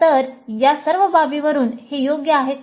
तर या सर्व बाबींवरून हे योग्य आहे का